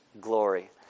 glory